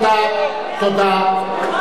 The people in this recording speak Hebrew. תודה, תודה.